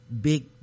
big